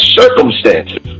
circumstances